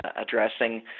addressing